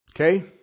Okay